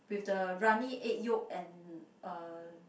with the runny egg yolk and uh